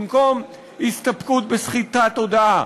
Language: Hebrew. במקום הסתפקות בסחיטת הודאה,